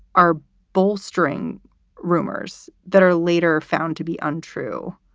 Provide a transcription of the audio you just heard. are bolstering rumors that are later found to be untrue.